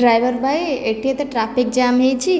driver ଭାଇ ଏଇଠି ଏତେ ଟ୍ରାଫିକ୍ ଜାମ୍ ହୋଇଛି